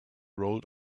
rolled